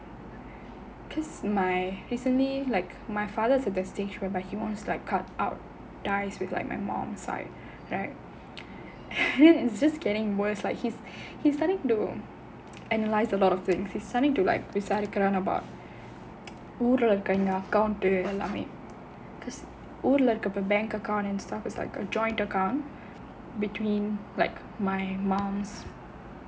because my recently like my father is a distinct whereby he to like cut out ties with like my mom side right it's just getting worse like he he is starting to analyse a lot of things he is starting to like விசாரிக்கிறான்:visaarikkiraan about ஊருல இருக்க எங்க:oorula irukka enga accounts எல்லாமே:ellaamae because ஊருல இருக்கறப்ப:oorula irukkarappa bank account and stuff is like a joint account between like my mum